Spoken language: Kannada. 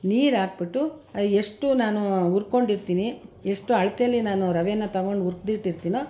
ನೀರು ಹಾಕ್ಬಿಟ್ಟು ಅದು ಎಷ್ಟು ನಾನು ಉರ್ಕೊಂಡಿರ್ತೀನಿ ಎಷ್ಟು ಅಳತೆಲಿ ನಾನು ರವೆನ ತಗೊಂಡು ಹುರ್ದಿಟ್ಟಿರ್ತಿನೋ